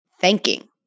thanking